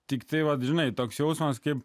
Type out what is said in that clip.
tiktai vat žinai toks jausmas kaip